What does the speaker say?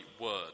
word